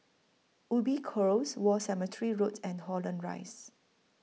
Ubi Close War Cemetery Road and Holland Rise